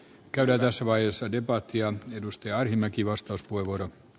käden asemaa jäsenvaltion edustaja elimäki vastaus voi voi